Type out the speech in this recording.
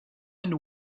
and